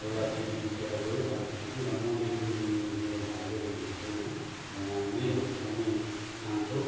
एउटा दिदी बितेर गयो कान्छी दिदी र मदेखि मुनि मेरो भाइ बहिनीहरू छैन म नै हो एकदमै कान्छो